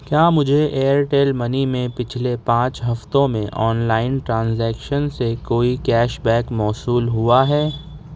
کیا مجھے Airtel money میں پچھلے پانچ ہفتوں میں آنلائن ٹرانزیکشن سے کوئی کیش بیک موصول ہوا ہے